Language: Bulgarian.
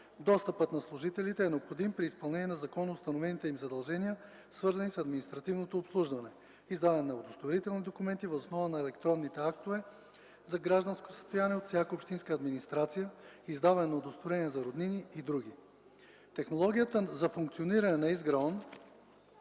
Достъпът на служителите е необходим при изпълнение на законоустановените им задължения, свързани с административното обслужване (издаване на удостоверителни документи въз основа на електронните актове за гражданско състояние от всяка общинска администрация, издаване на удостоверения за роднини и др.). Технологията за функциониране на ЕСГРАОН